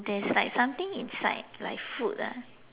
there's like something inside like food ah